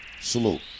Salute